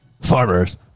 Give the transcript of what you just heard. farmers